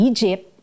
Egypt